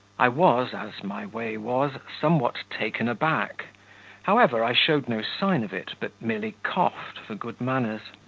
i was, as my way was, somewhat taken aback however, i showed no sign of it, but merely coughed, for good manners.